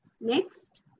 next